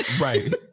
Right